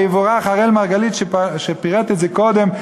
ויבורך אראל מרגלית שפירט את זה קודם,